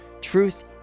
Truth